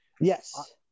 yes